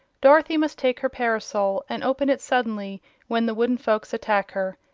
dorothy must take her parasol and open it suddenly when the wooden folks attack her.